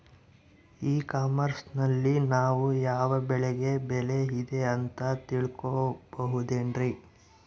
E commerce ನಲ್ಲಿ ನಾವು ಯಾವ ಬೆಳೆಗೆ ಬೆಲೆ ಇದೆ ಅಂತ ತಿಳ್ಕೋ ಬಹುದೇನ್ರಿ?